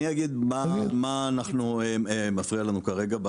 אני אגיד מה מפריע לנו כרגע.